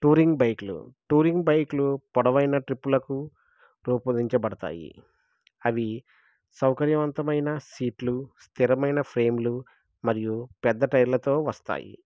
touring బైక్లు touring బైకులు పొడవైన ట్రిప్పులకు రూపొందించబడతాయి అవి సౌకర్యవంతమైన సీట్లు స్థిరమైన ఫ్రేమ్లు మరియు పెద్ద టైర్లతో వస్తాయి